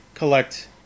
collect